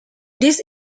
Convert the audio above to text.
this